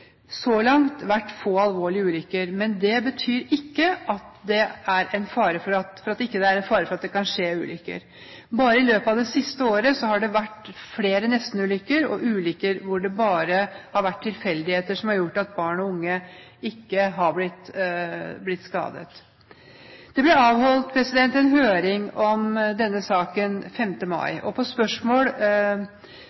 få alvorlige ulykker, men det betyr ikke at det ikke er en fare for at det kan skje ulykker. Bare i løpet av det siste året har det vært flere nestenulykker og ulykker hvor det bare har vært tilfeldigheter som har gjort at barn og unge ikke har blitt skadet. Det ble avholdt en høring om denne saken 5. mai.